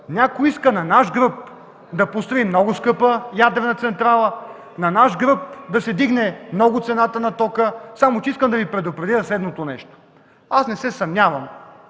Някой иска на наш гръб да построи много скъпа ядрена централа, на наш гръб да се вдигне много цената на тока. Само че искам да Ви предупредя за следното нещо. Аз не се съмнявам,